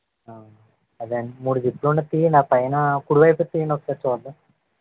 ఆ అదేండి మూడు జిప్పులు ఉన్నది తీయండి ఆ పైనా కుడివైపుది తీయండి ఒకసారి చూద్దాం